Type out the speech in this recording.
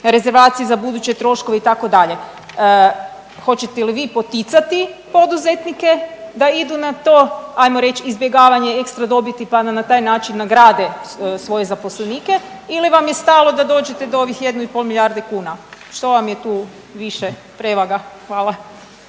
rezervacije za buduće troškove itd. Hoćete li vi poticati poduzetnike da idu na to, hajmo reći izbjegavanje ekstra dobiti pa da na taj način nagrade svoje zaposlenike ili vam je stalo da dođete do ovih jednu i pol milijarde kuna. Što vam je tu više prevaga? Hvala.